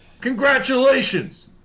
congratulations